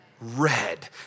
Red